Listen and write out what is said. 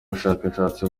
bushakashatsi